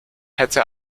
hätte